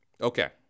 Okay